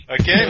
Okay